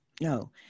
No